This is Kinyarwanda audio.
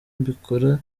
mbikora